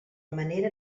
manera